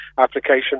application